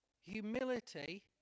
humility